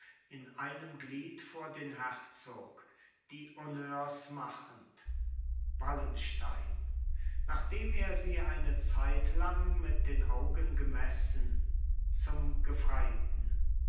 in einem glied vor den herzog die honneurs machend wallenstein nachdem er sie eine zeitlang mit den augen gemessen zum gefreiten